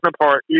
apart